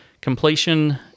Completion